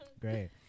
Great